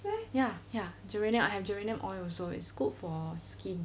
ya ya geranium I have geranium oil also is good for skin